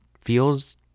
feels